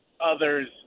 others